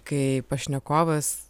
kai pašnekovas